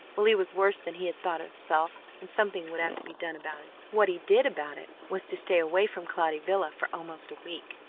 well, he was worse than he had thought himself and something would have to be done about it. what he did about it was to stay away from cloudy villa for almost a week,